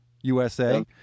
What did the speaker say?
USA